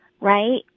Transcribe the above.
right